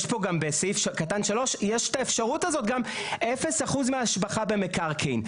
יש פה גם בסעיף קטן (3) יש את האפשרות הזאת גם 0% מהשבחה במקרקעין.